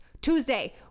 Tuesday